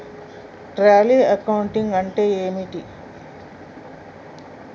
Tally accounting అంటే ఏమిటి?